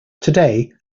today